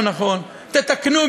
אין לנו טענות